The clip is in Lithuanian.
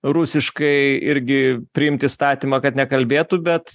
rusiškai irgi priimt įstatymą kad nekalbėtų bet